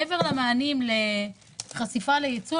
מעבר למענים לחשיפה לייצוא,